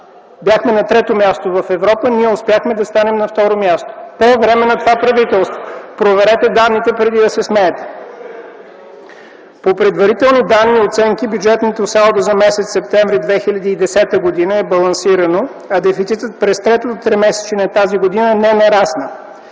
бяхме на трето място в Европа, ние успяхме да станем на второ място, по време на това правителство. Проверете данните преди да се смеете! По предварителни данни и оценки бюджетното салдо за м. септември 2010 г. е балансирано, а дефицитът през третото тримесечие на тази година не нарасна.